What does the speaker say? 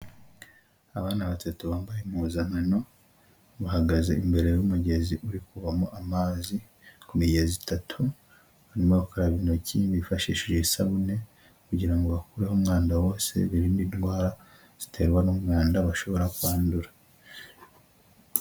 Abana batatu bambaye impuzankano, bahagaze imbere y'umugezi uri kuvamo amazi ku migezi itatu, barimo gukaraba intoki, bifashishije isabune kugira ngo bakureho umwanda wose, birinde indwara ziterwa n'umwanda bashobora kwandura.